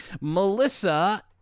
Melissa